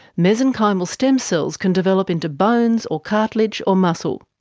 mesenchymal stem cells can develop into bones, or cartilage or muscle.